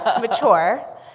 Mature